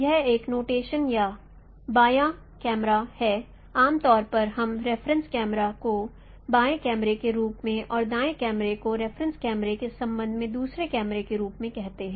यह एक नोटेशन या बायां कैमरा है आमतौर पर हम रेफरेंस कैमरे को बाएं कैमरे के रूप में और दाएं कैमरे को रेफरेंस कैमरे के संबंध में दूसरे कैमरे के रूप में कहते हैं